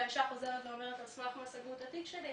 והאישה חוזרת ואומרת על סמך מה סגרו את התיק שלי,